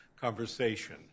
conversation